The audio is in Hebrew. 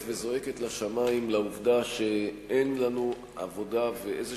וזועקת לשמים לעובדה שאין לנו עבודה ואיזה